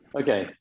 Okay